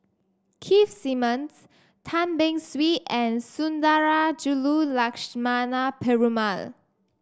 Keith Simmons Tan Beng Swee and Sundarajulu Lakshmana Perumal